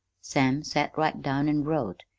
sam set right down an' wrote,